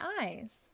eyes